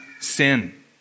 sin